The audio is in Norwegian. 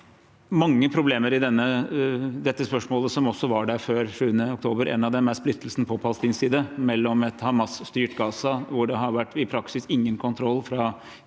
mange problemer i dette spørsmålet som også var der før 7. oktober. Et av dem er splittelsen på palestinsk side mellom et Hamas-styrt Gaza, hvor det i praksis ikke har vært noen kontroll fra